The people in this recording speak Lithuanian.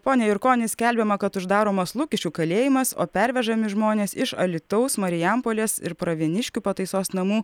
pone jurkoni skelbiama kad uždaromas lukiškių kalėjimas o pervežami žmonės iš alytaus marijampolės ir pravieniškių pataisos namų